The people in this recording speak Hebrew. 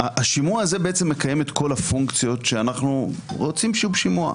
והשימוע הזה בעצם מקיים את כל הפונקציות שאנחנו רוצים שיהיו בשימוע.